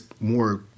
more